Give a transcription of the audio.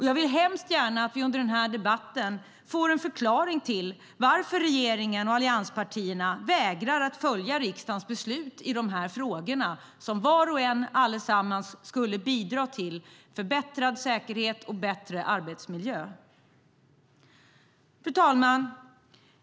Jag vill hemskt gärna att vi under den här debatten får en förklaring till att regeringen och allianspartierna vägrar följa riksdagens beslut i de här frågorna, som var och en och allesammans skulle bidra till förbättrad säkerhet och bättre arbetsmiljö. Fru talman!